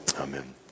Amen